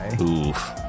Oof